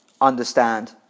understand